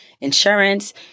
insurance